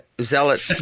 Zealot